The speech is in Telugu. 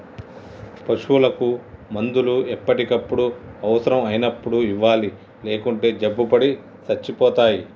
పశువులకు మందులు ఎప్పటికప్పుడు అవసరం అయినప్పుడు ఇవ్వాలి లేకుంటే జబ్బుపడి సచ్చిపోతాయి